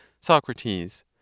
Socrates